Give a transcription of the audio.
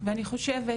ואני חושבת